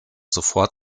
sofort